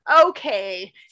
okay